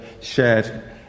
shared